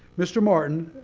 mr. martin,